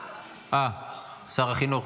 אה, שר החינוך.